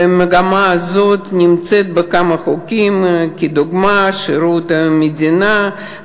והמגמה הזאת נמצאת בכמה חוקים לדוגמה: שירות המדינה,